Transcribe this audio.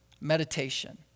Meditation